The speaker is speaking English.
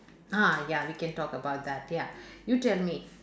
ah ya we can talk about that ya you tell me